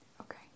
okay